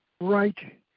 right